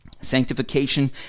sanctification